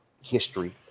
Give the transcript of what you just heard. history